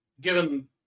Given